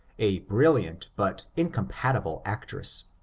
a brilliant, but incompatible actress.